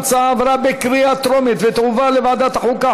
ההצעה עברה בקריאה טרומית ותועבר לוועדת החוקה,